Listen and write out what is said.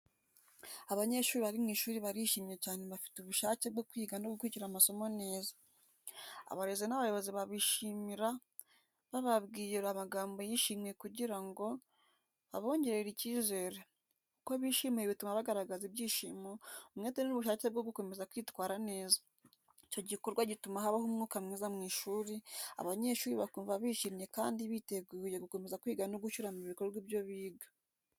Abanyeshuri bari mu ishuri barishimwe cyane bafite, ubushake bwo kwiga no gukurikira amasomo neza. Abarezi n'abayobozi babashimira, bababwira amagambo y’ishimwe kugira ngo babongerere icyizere. Uko bishimiwe bituma bagaragaza ibyishimo, umwete n’ubushake bwo gukomeza kwitwara neza. Icyo gikorwa gituma habaho umwuka mwiza mu ishuri, abanyeshuri bakumva bishimye kandi biteguye gukomeza kwiga no gushyira mu bikorwa ibyo biga.